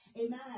amen